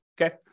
Okay